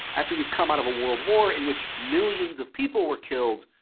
after you've come out of a world war in which millions of people were killed,